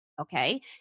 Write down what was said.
Okay